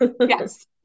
Yes